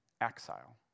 exile